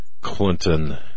Clinton